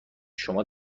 شما